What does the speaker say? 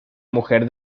mujer